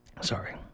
Sorry